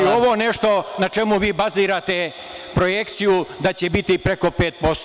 Je li ovo nešto na čemu vi bazirate projekciju da će biti preko 5%